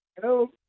Hello